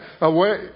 away